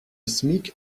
smic